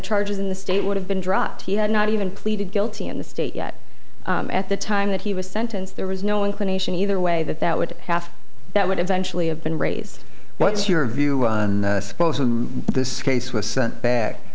charges in the state would have been dropped he had not even pleaded guilty in the state yet at the time that he was sentenced there was no inclination either way that that would have that would eventually have been raised what's your view on this case was sent back